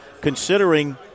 Considering